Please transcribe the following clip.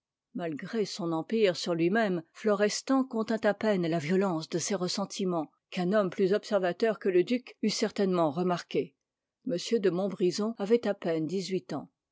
malgré son empire sur lui-même florestan contint à peine la violence de ses ressentiments qu'un homme plus observateur que le duc eût certainement remarqués m de montbrison avait à peine dix-huit ans